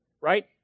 right